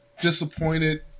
disappointed